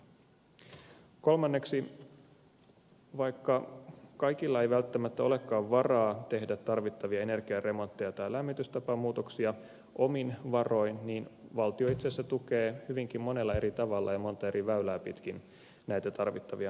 kolmanneksi vaikka kaikilla ei välttämättä olekaan varaa tehdä tarvittavia energiaremontteja tai lämmitystapamuutoksia omin varoin valtio itse asiassa tukee hyvinkin monella eri tavalla ja montaa eri väylää pitkin näitä tarvittavia muutoksia